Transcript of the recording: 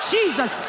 Jesus